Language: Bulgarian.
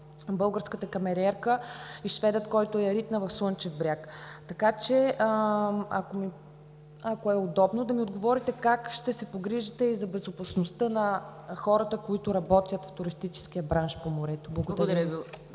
българската камериерка и шведа, който я ритна, в Слънчев бряг. Така че, ако е удобно, да ми отговорите как ще се погрижите и за безопасността на хората, които работят в туристическия бранш по морето? Благодаря.